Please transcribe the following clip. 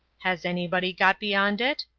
has anybody got beyond it?